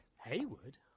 Haywood